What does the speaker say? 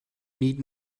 niet